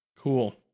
Cool